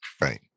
Right